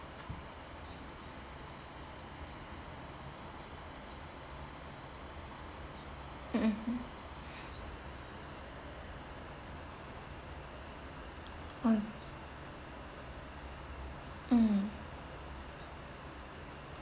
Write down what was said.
mmhmm o~ um